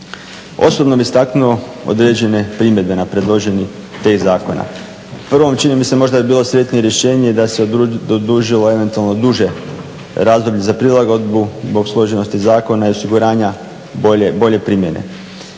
Osobno bih istaknuo određene primjedbe na predloženi tekst zakona. U prvom čini mi se možda je bilo sretnije rješenje da se … eventualno duže razdoblje za prilagodbu zbog složenosti zakona i osiguranja bolje primjene.